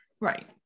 Right